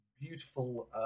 beautiful